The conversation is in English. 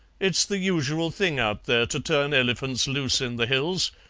it's the usual thing out there to turn elephants loose in the hills,